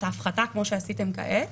את האגרה, כמו שעשיתם כעת,